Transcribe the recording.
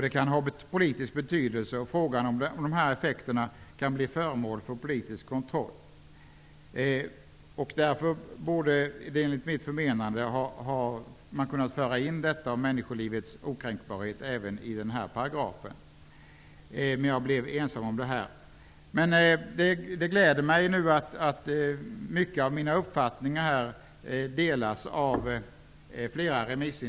Det kan ha politisk betydelse, och frågan om de här effekterna kan bli föremål för politisk kontroll. Därför borde man enligt mitt förmenande ha kunnat föra in detta om människolivets okränkbarhet även i den här paragrafen. Men jag blev, som sagt, ensam om att tycka så. Det gläder mig att flera remissinstanser i mångt och mycket delar min uppfattning.